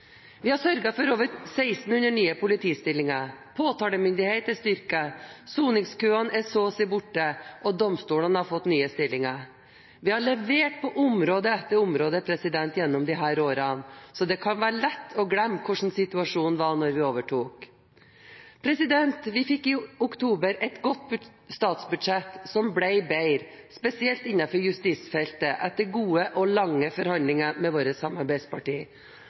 Vi har sørget for over 1 600 nye politistillinger, påtalemyndigheten er styrket, soningskøene er så å si borte, og domstolene har fått nye stillinger. Vi har levert på område etter område gjennom disse årene, så det kan være lett å glemme hvordan situasjonen var da vi overtok. Vi fikk i oktober et godt statsbudsjett, som ble bedre, spesielt innenfor justisfeltet, etter gode og lange forhandlinger med våre samarbeidspartier. Jeg er veldig glad for at vi har en regjering og samarbeidspartier